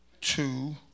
two